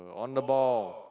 on the ball